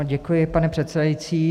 Děkuji, pane předsedající.